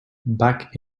back